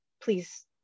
please